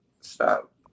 stop